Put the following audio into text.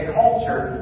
culture